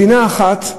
מדינה אחת,